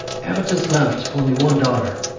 avitus left only one daughter,